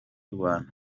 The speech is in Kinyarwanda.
rwanda